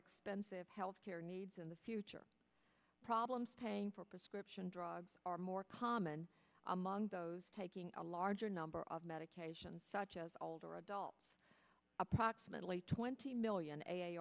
expensive health care needs in the future problems for prescription drugs are more common among those taking a larger number of medications such as older adults approximately twenty million a